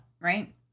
right